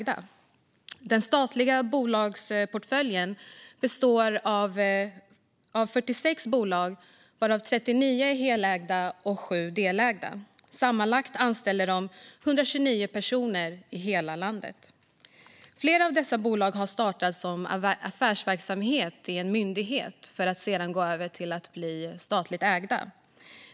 Den statliga bolagsportföljden består av 46 bolag, varav 39 helägda och 7 delägda. Sammanlagt anställer de 129 000 personer i hela landet. Flera av dessa bolag har startats som affärsverksamheter vid en myndighet för att sedan övergå till att bli statligt ägda bolag.